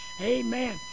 Amen